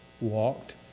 walked